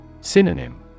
Synonym